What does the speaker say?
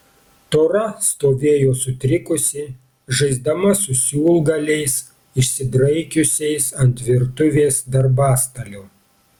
tora stovėjo sutrikusi žaisdama su siūlgaliais išsidraikiusiais ant virtuvės darbastalio